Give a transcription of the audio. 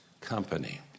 company